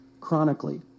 chronically